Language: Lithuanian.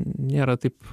nėra taip